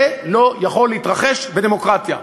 זה לא יכול להתרחש בדמוקרטיה,